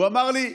הוא אמר לי: